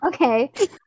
Okay